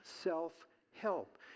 self-help